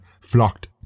flocked